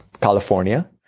California